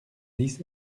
dix